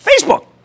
Facebook